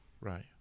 right